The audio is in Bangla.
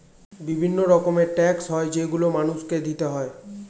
বিভিন্ন রকমের ট্যাক্স হয় যেগুলো মানুষকে দিতে হয়